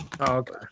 okay